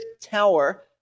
tower